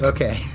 Okay